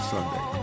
Sunday